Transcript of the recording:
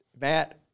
matt